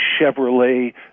Chevrolet